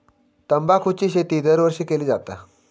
तंबाखूची शेती दरवर्षी केली जाता